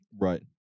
right